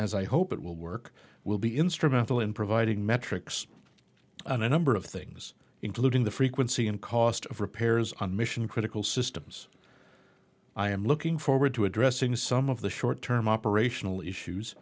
as i hope it will work will be instrumental in providing metrics on a number of things including the frequency and cost of repairs on mission critical systems i am looking forward to addressing some of the short term operational issues